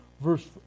verse